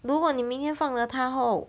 如果你明天放了他后